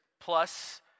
plus